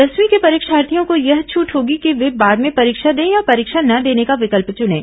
दसवीं के परीक्षार्थियों को यह छूट होगी कि वे बाद में परीक्षा दें या परीक्षा न देने का विकल्प चुनें